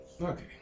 Okay